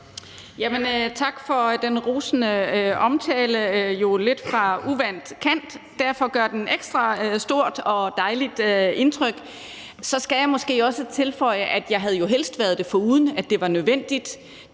Tak for den rosende omtale, jo lidt fra uvant kant. Derfor gør den et ekstra stort og dejligt indtryk. Så skal jeg måske også tilføje, at jeg jo helst havde været det foruden, at det var nødvendigt.